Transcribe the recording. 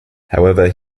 however